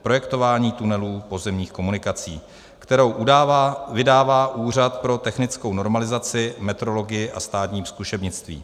Projektování tunelů pozemních komunikací, kterou vydává Úřad pro technickou normalizaci, metrologii a státní zkušebnictví.